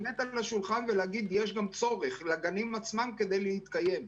יש לעזור לגנים להתקיים,